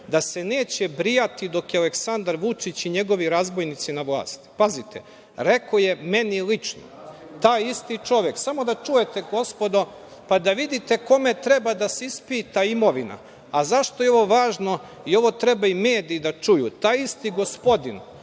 da se neće brijati dok je Aleksandar Vučić i njegovi razbojnici na vlasti. Pazite, rekao je meni lično taj isti čovek. Samo da čujete, gospodo, pa da vidite kome treba da se ispita imovina.Zašto je ovo važno? Ovo treba i mediji da čuju. Taj isti gospodin